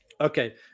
okay